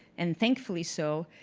and thankfully so,